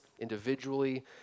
individually